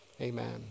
Amen